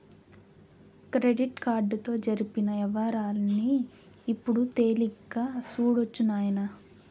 credit కార్డుతో జరిపిన యవ్వారాల్ని ఇప్పుడు తేలిగ్గా సూడొచ్చు నాయనా